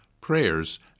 prayers